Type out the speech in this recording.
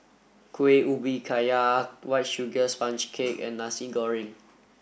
Kueh Ubi Kayu white sugar sponge cake and Nasi Goreng